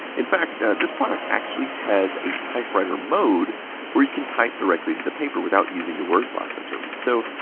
in fact, this product actually has a typewriter mode where you can type directly to the paper without using the word processor. so,